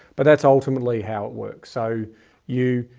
but that's ultimately how it works. so you,